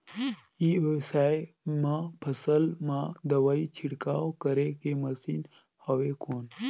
ई व्यवसाय म फसल मा दवाई छिड़काव करे के मशीन हवय कौन?